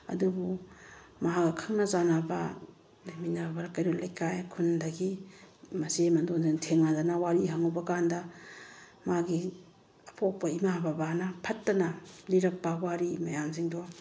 ꯑꯗꯨꯕꯨ ꯃꯍꯥꯛꯀ ꯈꯪꯅ ꯆꯥꯟꯅꯕ ꯂꯩꯃꯤꯟꯅꯕ ꯀꯩꯔꯣꯜ ꯂꯩꯀꯥꯏ ꯈꯨꯟꯗꯒꯤ ꯃꯆꯦ ꯃꯗꯣꯟꯒ ꯊꯦꯡꯅꯗꯅ ꯋꯥꯔꯤ ꯍꯪꯉꯨꯕꯀꯥꯟꯗ ꯃꯒꯤ ꯑꯄꯣꯛꯄ ꯏꯃꯥ ꯕꯕꯥꯅ ꯐꯠꯇꯅ ꯂꯤꯔꯛꯄ ꯋꯥꯔꯤ ꯃꯌꯥꯝꯁꯤꯡꯗꯣ